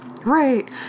Right